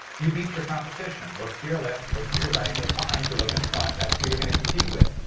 you beat your competition. look to your left, look to you right, look behind you, look in front, that's who you're going to compete with.